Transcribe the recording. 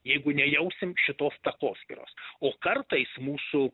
jeigu nejausim šitos takoskyros o kartais mūsų